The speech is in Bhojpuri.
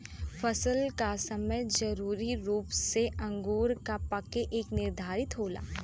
फसल क समय जरूरी रूप से अंगूर क पके पर निर्धारित होला